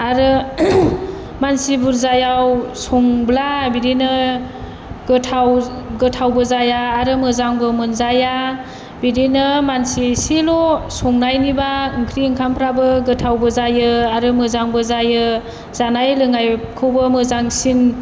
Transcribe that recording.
आरो मानसि बुरजायाव संब्ला बिदिनो गोथाव गोथावबो जाया आरो मोजांबो मोनजाया बिदिनो मानसि एसेल' संनायनिबा ओंख्रि ओंखामफ्राबो गोथावबो जायो आरो मोजांबो जायो जानाय लोंनायखौबो मोजांसिन